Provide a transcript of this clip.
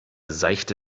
seichte